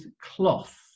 cloth